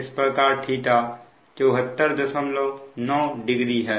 इस प्रकार θ 7490 है